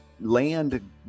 land